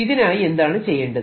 ഇതിനായി എന്താണ് ചെയ്യേണ്ടത്